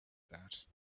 that